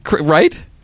right